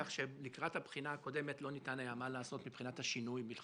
כך שלקראת הבחינה הקודמת לא ניתן היה מה לעשות מבחינת השינוי,